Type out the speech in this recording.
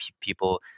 people